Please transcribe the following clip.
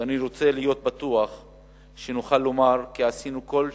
ואני רוצה להיות בטוח שנוכל לומר שעשינו כל שביכולתנו.